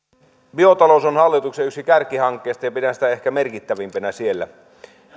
biotalous on yksi hallituksen kärkihankkeista ja pidän sitä ehkä merkittävimpänä siellä